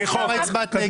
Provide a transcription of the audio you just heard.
אז למה הצבעת נגד?